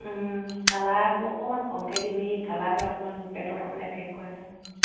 কালাৰটো অকণমান কমকে দিম কালাৰটো অকণমান পেটত অকণমান এফেক্ট কৰে নহয়